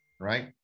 right